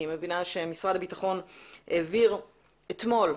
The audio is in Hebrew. אני מבינה שמשרד הביטחון העביר אתמול,